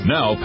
Now